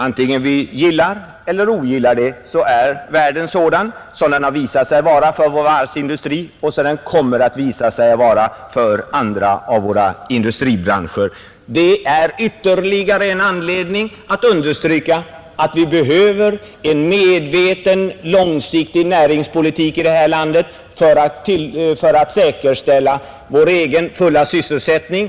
Antingen vi gillar eller ogillar det är världen sådan som den har visat sig vara för vår varvsindustri. Den är allt annat än liberal. Det kommer den också att visa sig vara för andra av våra industribranscher. Det är ytterligare en anledning att understryka att vi behöver en mer långsiktig näringspolitik i detta land för att säkerställa vår egen fulla sysselsättning.